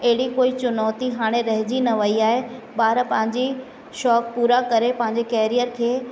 अहिड़ी कोई चुनौती हाणे रहिजी न वई आहे ॿार पंहिंजी शौक़ु पूरा करे पंहिंजे कैरियर खे